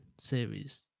series